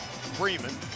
Freeman